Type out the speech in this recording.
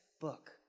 book